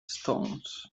stones